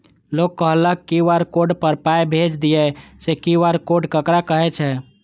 लोग कहलक QR code पर पाय भेज दियौ से क्यू.आर कोड ककरा कहै छै?